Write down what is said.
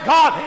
God